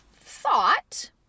thought